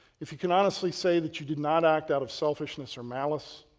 if you can honestly say that you did not act out of selfishness or malice,